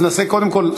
אז נעשה קודם כול,